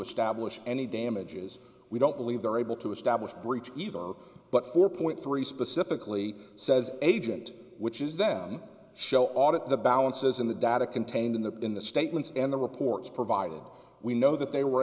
establish any damages we don't believe they're able to establish breach but four point three specifically says agent which is then show audit the balances in the data contained in the in the statements and the reports provided we know that they were